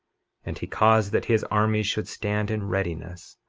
and he caused that his armies should stand in readiness,